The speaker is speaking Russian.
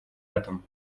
этом